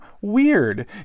Weird